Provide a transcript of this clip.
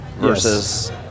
versus